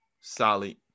solid